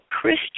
Christian